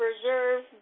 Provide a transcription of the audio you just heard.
Preserve